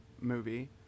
movie